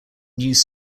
news